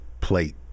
plate